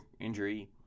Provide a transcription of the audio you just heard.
injury